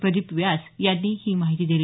प्रदीप व्यास यांनी ही माहिती दिली